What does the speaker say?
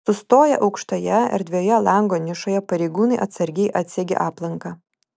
sustoję aukštoje erdvioje lango nišoje pareigūnai atsargiai atsegė aplanką